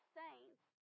saints